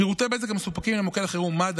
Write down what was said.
שירותי בזק המסופקים למוקדי החירום שיחות